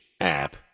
app